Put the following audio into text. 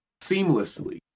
seamlessly